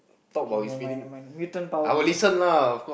K never mind never mind mutant power okay